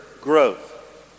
growth